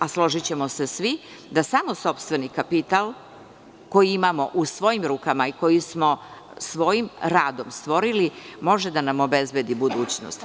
A složićemo se svi da samo sopstveni kapital koji imamo u svojim rukama i koji smo svojim radom stvorili, može da nam obezbedi budućnost.